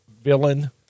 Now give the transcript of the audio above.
villain